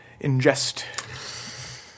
ingest